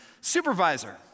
supervisor